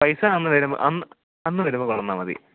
പൈസ അന്ന് വരുമ്പോൾ അന്ന് അന്ന് വരുമ്പോൾ കൊണ്ടെന്നാൽ മതി